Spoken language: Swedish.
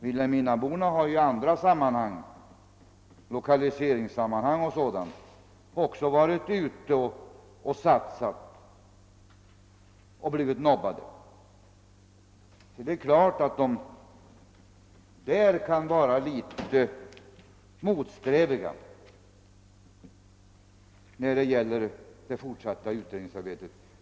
Vilhelminaborna har i andra sammanhang, lokaliseringssammanhang t.ex., också varit ute och satsat och blivit nobbade, så det är naturligt att de kan vara litet tveksamma när det gäller det fortsatta utredningsarbetet.